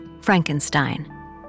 Frankenstein